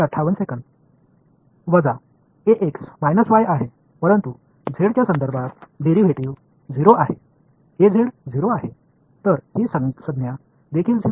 Student Refer Time 1154 மாணவர் குறிப்பு நேரம் 1154 மைனஸ் Ax என்பது y ஆனால் z ஐப் பொறுத்தவரை அதன் டெரிவேட்டிவ் 0 ஆகும் Az என்பது 0 எனவே இதுவும் 0 ஆகும்